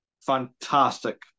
fantastic